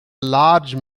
large